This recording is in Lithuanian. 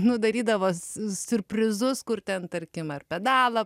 nu darydavo siu siurprizus kur ten tarkim ar pedalą